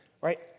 right